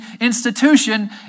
institution